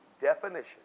definition